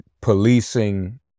policing